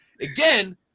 again